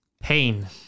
pain